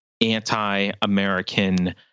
anti-American